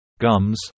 gums